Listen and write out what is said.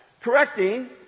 correcting